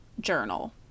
journal